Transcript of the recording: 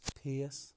face